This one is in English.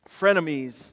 Frenemies